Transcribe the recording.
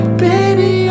baby